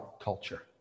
culture